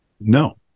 No